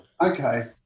Okay